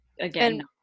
again